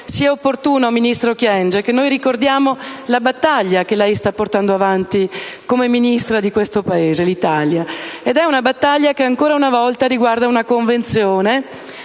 sia opportuno, ministro Kyenge, ricordare la battaglia che lei sta portando avanti come Ministro di questo Paese, l'Italia. Una battaglia che ancora una volta riguarda una Convenzione